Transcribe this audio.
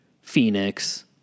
Phoenix